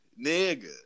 nigga